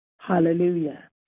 Hallelujah